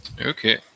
Okay